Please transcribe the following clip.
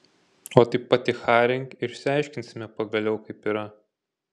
o tai paticharink ir išsiaiškinsime pagaliau kaip yra